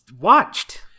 watched